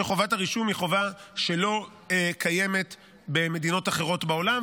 כשחובת הרישום היא חובה שלא קיימת במדינות אחרות בעולם.